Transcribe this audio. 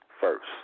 first